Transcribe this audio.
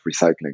recycling